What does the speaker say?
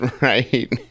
right